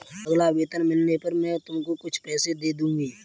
अगला वेतन मिलने पर मैं तुमको कुछ पैसे दे दूँगी